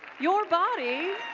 your body